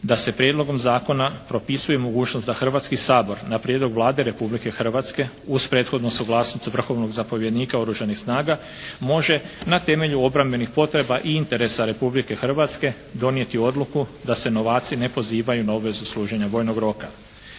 da se prijedlogom zakona propisuje mogućnost da Hrvatski sabor na prijedlog Vlade Republike Hrvatske uz prethodnu suglasnost vrhovnog zapovjednika Oružanih snaga može na temelju obrambenih potreba i interesa Republike Hrvatske donijeti odluku da se novaci ne pozivaju na obvezu služenja vojnog roka.